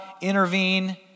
intervene